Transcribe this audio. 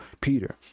peter